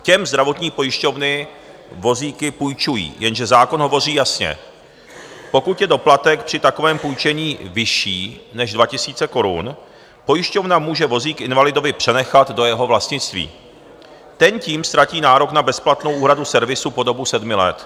Těm zdravotní pojišťovny vozíky půjčují, jenže zákon hovoří jasně, pokud je doplatek při takovém půjčení vyšší než 2 000 korun, pojišťovna může vozík invalidovi přenechat do jeho vlastnictví, ten tím ztratí nárok na bezplatnou úhradu servisu po dobu sedmi let.